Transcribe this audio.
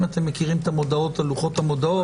אם אתם מכירים את המודעות על לוחות המודעות,